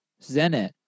Zenit